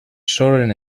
solen